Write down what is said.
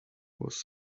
was